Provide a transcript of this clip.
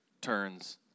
turns